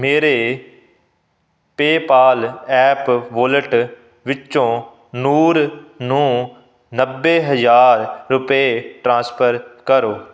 ਮੇਰੇ PayPal app wallet ਵਿੱਚੋਂ ਨੂਰ ਨੂੰ ਨੱਬੇ ਹਜ਼ਾਰ ਰੁਪਏ ਟ੍ਰਾਂਸਫਰ ਕਰੋ